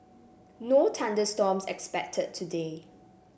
no thunder storms expected today